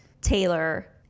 Taylor